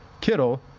Kittle